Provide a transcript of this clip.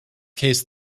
case